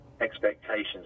expectations